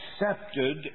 accepted